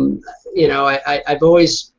um you know i've always